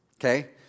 okay